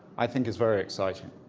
i think is very exciting.